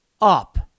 up